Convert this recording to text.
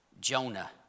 Jonah